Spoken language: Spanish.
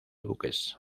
buques